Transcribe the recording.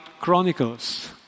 chronicles